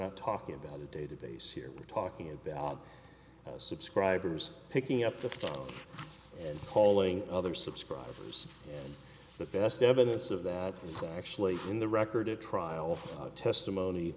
not talking about a database here we're talking about subscribers picking up the phone and calling other subscribers but best evidence of that is actually in the record a trial testimony